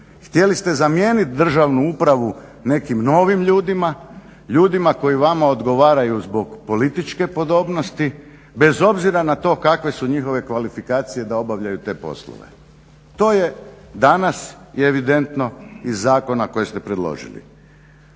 Htjeli ste zamijeniti državnu upravu nekim novim ljudima, ljudima koji vama odgovaraju zbog političke podobnosti bez obzira na to kakve su njihove kvalifikacije da obavljaju te poslove. to je danas evidentno iz zakona koje ste predložili.